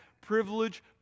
privilege